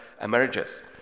emerges